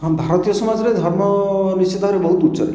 ହଁ ଭାରତୀୟ ସମାଜରେ ଧର୍ମ ନିଶ୍ଚିତ ଭାବରେ ବହୁତ ଉଚ୍ଚରେ